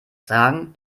sagen